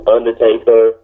Undertaker